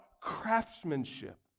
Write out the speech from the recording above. craftsmanship